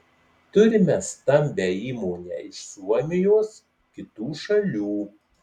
turime stambią įmonę iš suomijos kitų šalių